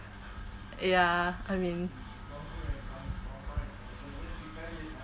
ya I mean